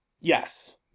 Yes